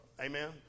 Amen